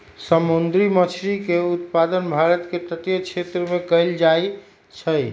समुंदरी मछरी के उत्पादन भारत के तटीय क्षेत्रमें कएल जाइ छइ